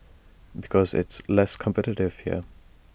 because it's less competitive here